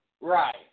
Right